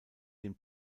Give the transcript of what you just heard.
dem